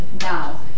now